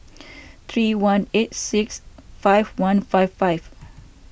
three one eight six five one five five